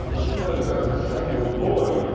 i suppose, as a sheffield boy,